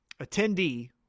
attendee